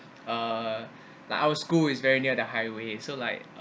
uh like our school is very near the highway so like uh